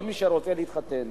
כל מי שרוצה להתחתן